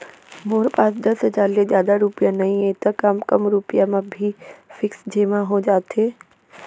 मोर पास दस हजार ले जादा रुपिया नइहे त का कम रुपिया म भी फिक्स जेमा हो जाथे?